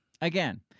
again